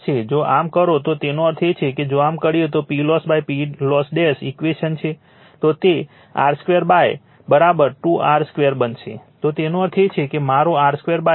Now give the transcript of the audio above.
જો આમ કરો તો તેનો અર્થ એ કે જો આમ કરીએ તો PLoss PLoss ઇક્વેશન છે તો તે r 2 2 r 2 બનશે તો તેનો અર્થ એ છે કે મારો r 2 r 2 2 છે